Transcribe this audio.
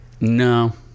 No